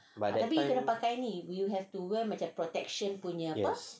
but if I yes